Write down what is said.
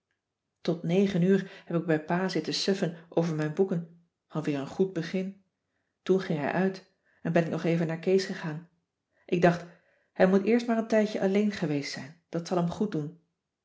tot negen uur heb ik bij pa zitten suffen over mijn boeken alweer een goed begin toen ging hij uit en ben ik nog even naar kees gegaan ik dacht hij moet eerst maar een tijdje alleen geweest zijn dat zal hem goed doen